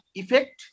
effect